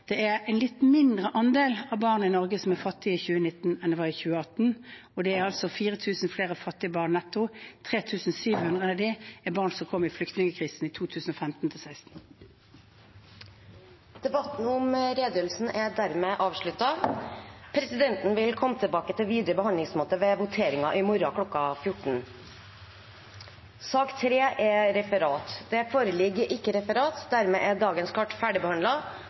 det er en litt mindre andel av barna i Norge som er fattige i 2019 enn det var i 2018. Det er altså 4 000 flere fattige barn netto. 3 700 av dem er barn som kom under flyktningkrisen i 2015–2016. Debatten om redegjørelsen er dermed avsluttet. Presidenten vil komme tilbake til videre behandlingsmåte ved voteringen i morgen kl. 14. Det foreligger ikke noe referat. Dermed er dagens kart